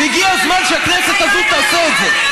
והגיע הזמן שהכנסת הזאת תעשה את זה.